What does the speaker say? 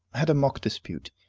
had a mock dispute,